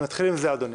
אדוני.